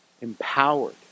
empowered